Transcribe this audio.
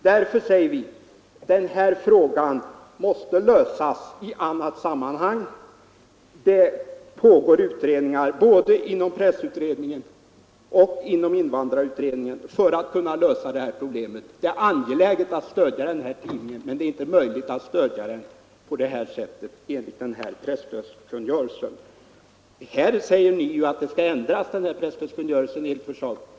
Därför säger vi: Den här frågan måste lösas i annat sammanhang. Det pågår utredningar inom både pressutredningen och invandrarutredningen för att lösa problemet. Det är angeläget att stödja tidningen, men det är inte möjligt att stödja den enligt presstödkungörelsen. Ni säger i ert förslag att presstödkungörelsen bör ändras.